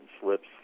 slips